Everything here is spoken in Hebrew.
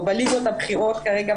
או בליגות הבכירות כרגע,